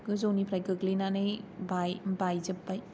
गोजौनिफ्राय गोग्लैनानै बाय बायजोबबाय